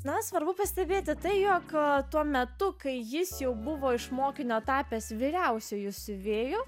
na svarbu pastebėti tai jog ką tuo metu kai jis jau buvo iš mokinio tapęs vyriausiuoju siuvėjo